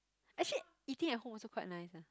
actually eating at home also quite nice eh